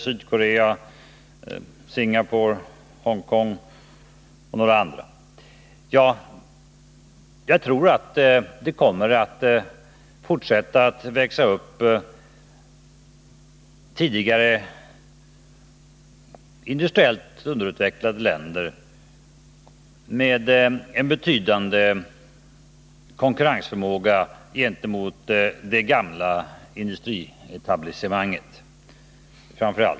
Ja, jag tror att det kommer att fortsätta att växa upp tidigare industriellt underutvecklade länder med en betydande konkurrensförmåga gentemot de gamla industriländerna.